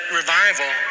revival